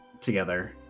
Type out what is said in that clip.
together